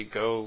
go